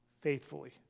faithfully